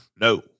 no